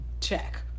check